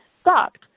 stopped